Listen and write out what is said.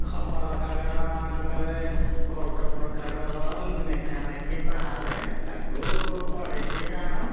ଖବର କାଗଜ ମାନଙ୍କରେ ବହୁତ ପ୍ରକାରର ନେଖା ନେଖି ବାହାରେ ତାକୁ ପଢ଼ିକି ଜାଣୁ